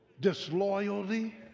disloyalty